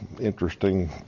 interesting